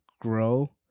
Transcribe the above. grow